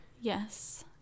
yes